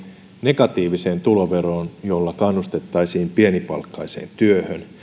negatiiviseen tuloveroon jolla kannustettaisiin pienipalkkaiseen työhön